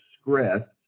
script